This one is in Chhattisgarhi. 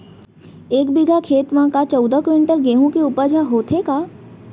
एक बीघा खेत म का चौदह क्विंटल गेहूँ के उपज ह होथे का?